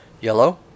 Yellow